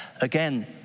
again